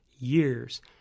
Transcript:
Years